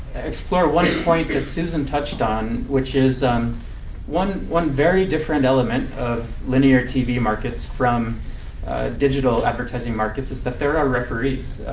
explore one point that susan touched on, which was um one one very different element of linear tv markets from digital advertising markets is that there are referees.